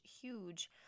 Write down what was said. huge